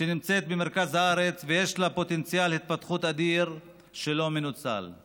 שנמצאת במרכז הארץ ויש לה פוטנציאל התפתחות אדיר שלא מנוצל;